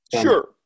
Sure